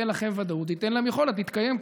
זה ייתן לכם ודאות וייתן להם יכולת להתקיים,